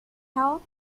hall